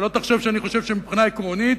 שלא תחשוב שאני חושב שמבחינה עקרונית,